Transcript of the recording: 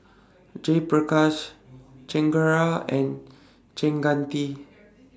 Jayaprakash Chengara and